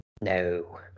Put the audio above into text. no